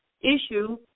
issue